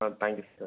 ah thank you sir